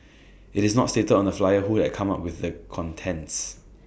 IT is not stated on the flyer who had come up with the contents